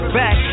back